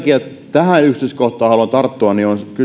tähän yksityiskohtaan haluan tarttua